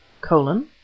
Colon